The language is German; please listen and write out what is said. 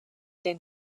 den